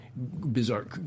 Bizarre